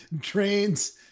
Trains